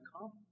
come